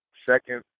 second